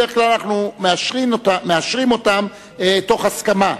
בדרך כלל אנחנו מאשרים אותן תוך הסכמה,